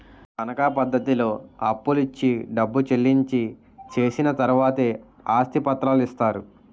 తనకా పద్ధతిలో అప్పులు ఇచ్చి డబ్బు చెల్లించి చేసిన తర్వాతే ఆస్తి పత్రాలు ఇస్తారు